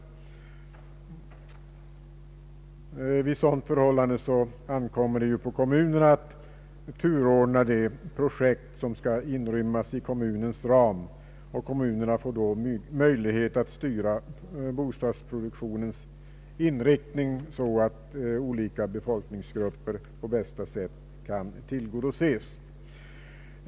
Vid sådant förhållande ankommer det på kommun att turordna de projekt som skall inrymmas i kommunens ram. Kommunerna får på det sättet möjlighet att styra bostadsproduktionens inriktning på ett sådant sätt att olika befolkningsgrupper på bästa sätt kan tillgodoses.